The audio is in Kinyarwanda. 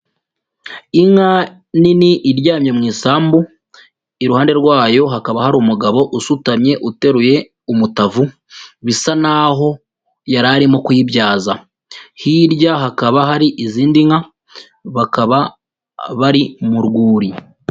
Inka nini iryamye mu isambu iruhande rwayo hakaba hari umugabo usutamye uteruye umutavu , bisa n'aho yarari kuyibyaza hirya hakaba hari izindi nka bakaba bari mu rwuri.